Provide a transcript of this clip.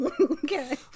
okay